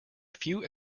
few